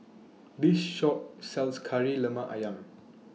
This Shop sells Kari Lemak Ayam